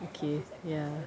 okay ya